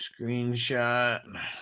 screenshot